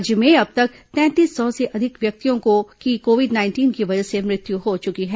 राज्य में अब तक तैंतीस सौ से अधिक व्यक्तियों की कोविड नाइंटीन की वजह से मृत्यु हो चुकी है